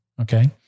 Okay